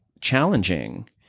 challenging